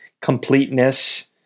completeness